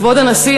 כבוד הנשיא,